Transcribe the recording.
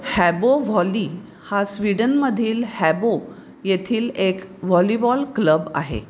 Habo Volley हा स्वीडनमधील Habo येथील एक व्हॉलीबॉल क्लब आहे